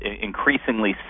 increasingly